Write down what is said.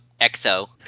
Exo